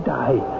die